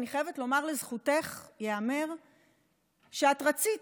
אני חייבת לומר לזכותך שאת רצית,